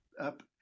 up